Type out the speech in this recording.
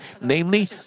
namely